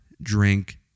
drink